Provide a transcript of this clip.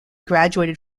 graduated